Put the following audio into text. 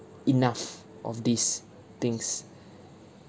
enough of these things